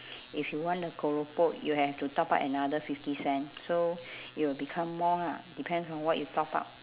if you want the keropok you have to top up another fifty cent so it will become more lah depends on what you top up